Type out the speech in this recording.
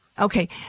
Okay